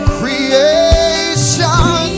creation